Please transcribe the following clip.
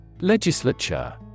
Legislature